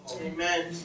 Amen